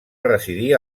residir